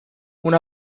una